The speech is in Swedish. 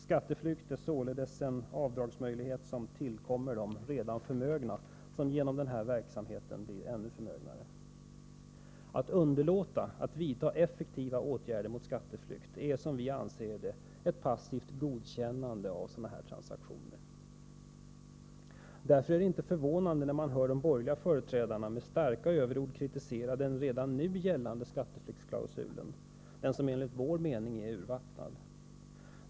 Skatteflykt är således en avdragsmöjlighet som tillkommer de redan förmögna, som genom denna verksamhet blir ännu förmögnare. Att underlåta att vidta effektiva åtgärder mot skatteflykt anser vi är ett passivt godkännande av sådana här transaktioner. Därför blir man inte förvånad när man hör de borgerliga företrädarna med starka överord kritisera den redan nu gällande skatteflyktsklausulen, den som enligt vår mening är urvattnad.